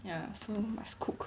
ya so must cook